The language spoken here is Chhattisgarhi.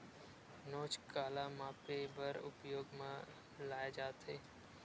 नोच काला मापे बर उपयोग म लाये जाथे?